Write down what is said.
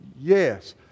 Yes